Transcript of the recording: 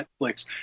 Netflix